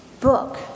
book